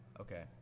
Okay